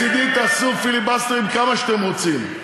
מצדי תעשו פיליבסטרים כמה שאתם רוצים,